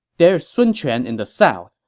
there's sun quan in the south,